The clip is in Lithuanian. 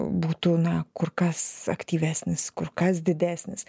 būtų na kur kas aktyvesnis kur kas didesnis